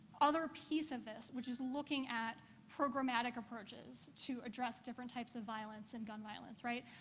other piece of this, which is looking at programmatic approaches to address different types of violence and gun violence, right,